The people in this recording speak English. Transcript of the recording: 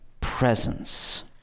presence